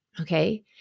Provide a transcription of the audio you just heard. Okay